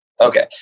okay